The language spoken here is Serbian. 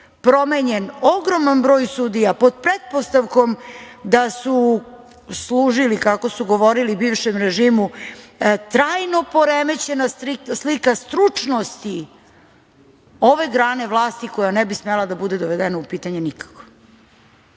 promenjen ogroman broj sudija pod pretpostavkom da su služili, kako su govorili, bivšem režimu, trajno poremećena slika stručnosti ove grane vlasti koja ne bi smela da bude dovedena u pitanje nikako,